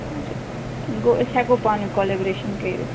اَچھا گوٚو أسۍ ہٮ۪کو پانہٕ ؤنۍ کۄلٮ۪بریٚشن کٔرِتھ